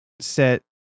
set